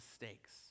mistakes